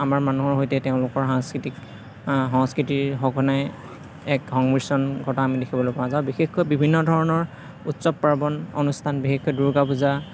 আমাৰ মানুহৰ সৈতে তেওঁলোকৰ সাংস্কৃতিক সংস্কৃতিৰ সঘনাই এক সংমিশ্ৰণ ঘটা আমি দেখিবলৈ পোৱা যায় বিশেষকৈ বিভিন্ন ধৰণৰ উৎসৱ পাৰ্বণ অনুষ্ঠান বিশেষকৈ দুৰ্গা পূজা